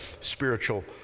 spiritual